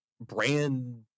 brand